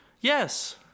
Yes